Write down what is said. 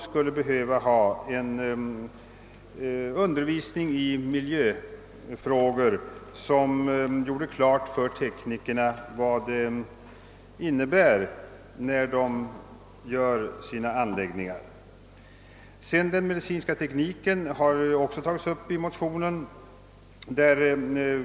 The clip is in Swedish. också behöver få undervisning i miljöfrågor så att de får klart för sig vad deras anläggningar innebär i dessa avseenden. Den medicinska tekniken har också tagits upp i motionen.